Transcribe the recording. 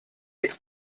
its